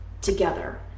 together